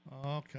Okay